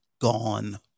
gone